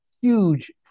huge